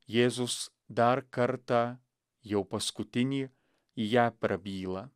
jėzus dar kartą jau paskutinį į ją prabyla